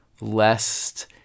Lest